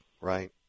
Right